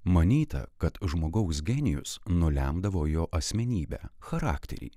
manyta kad žmogaus genijus nulemdavo jo asmenybę charakterį